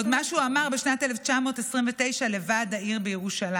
מה שהוא אמר עוד בשנת 1929 לוועד העיר בירושלים: